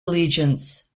allegiance